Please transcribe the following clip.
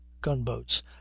gunboats